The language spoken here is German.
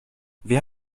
wir